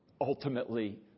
ultimately